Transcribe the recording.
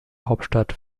hauptstadt